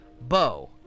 bow